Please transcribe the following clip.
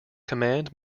command